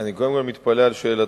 אני קודם כול מתפלא על שאלתך,